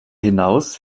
hinaus